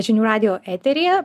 žinių radijo eteryje